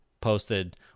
posted